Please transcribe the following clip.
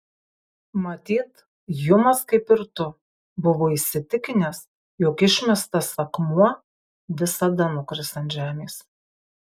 matyt hjumas kaip ir tu buvo įsitikinęs jog išmestas akmuo visada nukris ant žemės